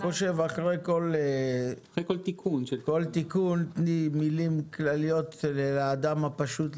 אני חושב שאחרי כל תיקון תני מילים כלליות לאדם הפשוט,